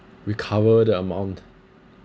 recover the amount